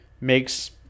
makes